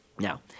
Now